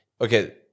okay